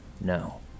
No